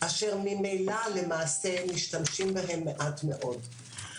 אשר ממילא למעשה משתמשים בהם מעט מאוד.